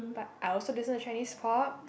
but I also listen to Chinese pop